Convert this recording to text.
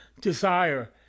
desire